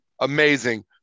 amazing